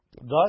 Thus